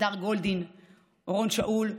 הדר גולדין ואורון שאול,